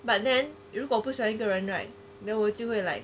but then 如果不喜欢一个人 right then 我就会 like